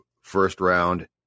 first-round